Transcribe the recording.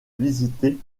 visitée